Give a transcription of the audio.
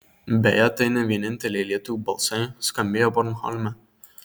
beje tai ne vieninteliai lietuvių balsai skambėję bornholme